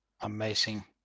amazing